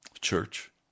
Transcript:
church